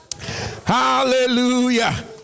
Hallelujah